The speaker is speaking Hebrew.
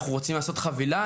אנחנו רוצים לעשות חבילה",